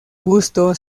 busto